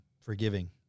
forgiving